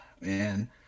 man